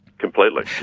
completely.